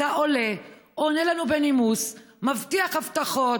אתה עולה, עונה לנו בנימוס, מבטיח הבטחות